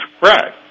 right